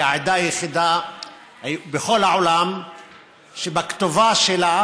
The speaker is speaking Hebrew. היא העדה היחידה בכל העולם שבכתובה שלה